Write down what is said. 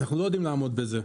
אנחנו לא יודעים לעמוד בזה,